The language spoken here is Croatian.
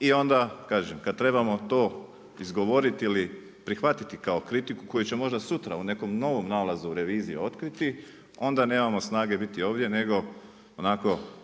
i onda kaže, kad trebamo to izgovoriti ili prihvatiti kao kritiku, koju će možda sutra u nekom novom nalazu revizije otkriti, onda nemamo snage biti ovdje, nego onako